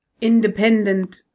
independent